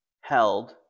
held